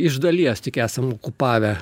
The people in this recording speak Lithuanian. iš dalies tik esam okupavę